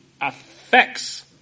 affects